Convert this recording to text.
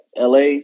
LA